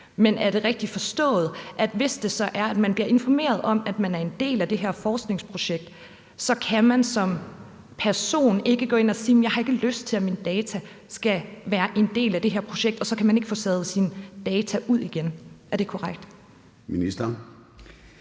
Men er det rigtigt forstået, at hvis det så er, at man bliver informeret om, at man er en del af det her forskningsprojekt, så kan man som person ikke sige, at man ikke har lyst til, at ens data skal være en del af det her projekt, og så kan man ikke få taget sine data ud igen? Er det korrekt? Kl.